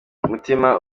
umutima